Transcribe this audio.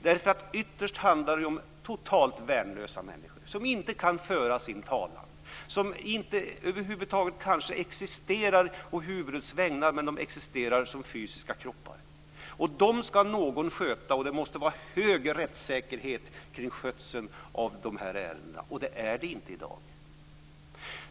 Det handlar ytterst om totalt värnlösa människor, som inte kan föra sin talan - som kanske över huvud inte existerar å huvudets vägnar utan bara som fysiska kroppar. Någon ska sköta dem. Den skötseln måste vara omgärdad med hög rättssäkerhet, men det är den inte i dag.